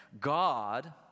God